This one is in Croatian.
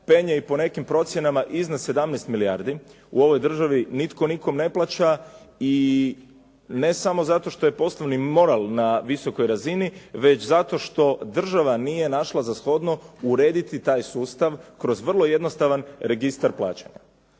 penje i po nekim procjenama iznad 17 milijardi. U ovoj državi nitko nikome ne plaća i ne samo zato što je poslovni moral na visokoj razini već zato što država nije našla za shodno urediti taj sustav kroz vrlo jednostavan registar plaćanja.